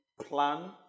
plan